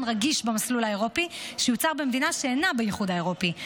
רגיש במסלול האירופי שיוצר במדינה שאינה באיחוד האירופי.